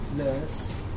plus